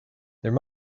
there